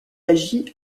agi